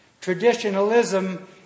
Traditionalism